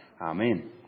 Amen